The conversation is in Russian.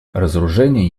разоружение